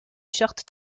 short